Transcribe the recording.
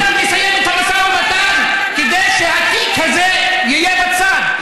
אני קורא לכולם לסיים את המשא ומתן כדי שהתיק הזה יהיה בצד,